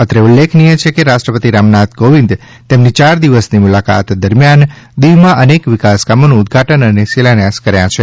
અત્રે ઉલ્લેખનીય છે કે રાષ્ટ્રપતિ રામનાથ કોવિંદ તેમની યાર દિવસની મુલાકાત દરમિયાન દીવમાં અનેક વિકાસ કામોનું ઉદ્દઘાટન અને શિલાન્યાસ કર્યાં છે